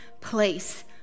place